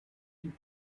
die